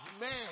man